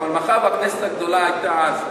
אבל מאחר שכנסת הגדולה הייתה אז,